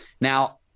Now